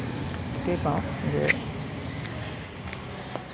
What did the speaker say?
সেইটোৱেই পাওঁ যে